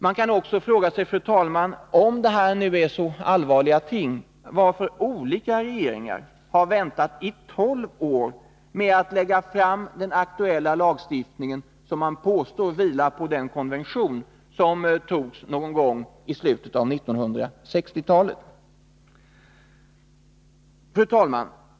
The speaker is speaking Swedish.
Man kan också fråga sig: Om det här är så allvarliga ting, varför har olika 35 regeringar då väntat i 15 år med att lägga fram den aktuella lagstiftningen, som man påstår vilar på den konvention som togs någon gång i slutet av 1960-talet? Fru talman!